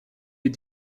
est